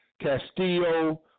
Castillo